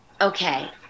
Okay